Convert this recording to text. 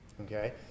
Okay